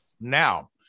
Now